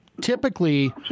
Typically